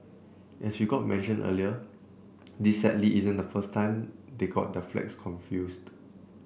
as you got mentioned earlier this sadly isn't the first time they got their flags confused